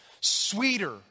sweeter